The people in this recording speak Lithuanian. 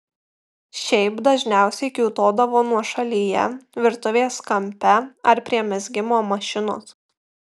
šiaip dažniausiai kiūtodavo nuošalyje virtuvės kampe ar prie mezgimo mašinos